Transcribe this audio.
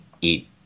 eat